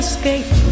Escape